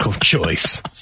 choice